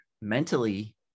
mentally